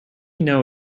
know